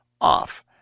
off